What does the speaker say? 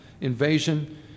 invasion